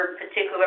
particular